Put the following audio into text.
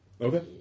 Okay